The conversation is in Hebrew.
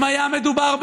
אם היה מדובר ביהודי,